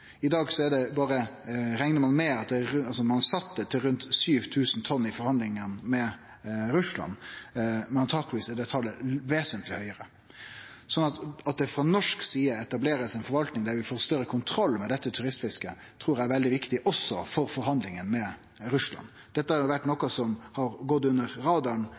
ein sett det til rundt 7 000 tonn i forhandlingane med Russland, men antakeleg er dette talet vesentleg høgare. Så det at det frå norsk side blir etablert ei forvaltning der vi får større kontroll med dette turistfisket, trur eg er veldig viktig også for forhandlingane med Russland. Dette har vore noko som har gått under